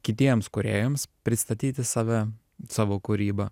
kitiems kūrėjams pristatyti save savo kūrybą